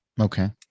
Okay